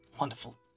Wonderful